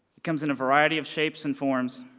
it comes in a variety of shapes and forms,